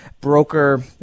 broker